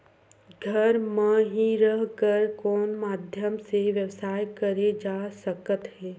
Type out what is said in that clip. घर म हि रह कर कोन माध्यम से व्यवसाय करे जा सकत हे?